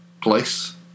place